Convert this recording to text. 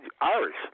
Irish